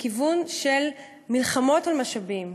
לכיוון של מלחמות על משאבים.